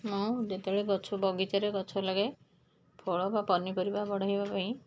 ମୁଁ ଯେତେବେଳେ ଗଛ ବଗିଚାରେ ଗଛ ଲଗାଏ ଫଳ ବା ପନିପରିବା ବଢ଼ାଇବା ପାଇଁ